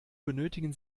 benötigen